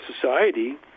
society